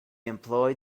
employed